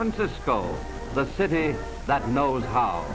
francisco the city that knows how